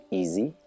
easy